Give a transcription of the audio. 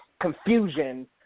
confusion